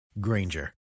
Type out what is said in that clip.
Granger